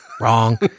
Wrong